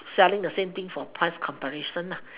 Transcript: selling the same thing for price comparison lah